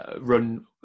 run